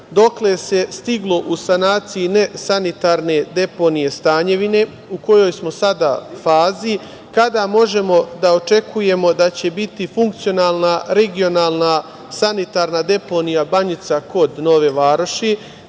se stiglo u sanaciji nesanitarne deponije „Stanjevine“ u kojoj smo sada fazi, kada možemo da očekujemo da će biti funkcionalna regionalna sanitarna deponija „Banjica“ kod Nove Variši,